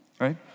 right